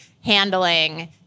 handling